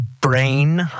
brain